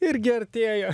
irgi artėja